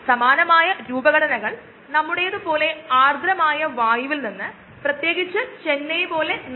യഥാർത്ഥ റിയാക്ടറുകൾ എന്ന നിലയിൽ ഉൽപ്പന്നങ്ങൾ നിർമ്മിക്കുന്ന ബയോ റിയാക്ടറുകൾ അല്ലെങ്കിൽ ഫാക്ടറികൾ എവിടെയാണ് ഈ ഉൽപ്പന്നങ്ങൾ നിർമ്മിക്കുന്ന ബയോ റിയാക്ടറിലെ സെല്ലുകൾ